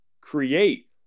create